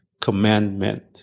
commandment